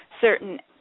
certain